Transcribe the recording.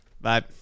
Bye